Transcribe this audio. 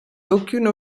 d’aucune